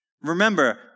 Remember